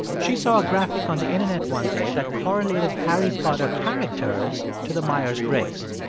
she saw a graphic on the internet one day that correlated harry potter characters to the myers-briggs.